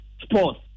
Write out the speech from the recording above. sports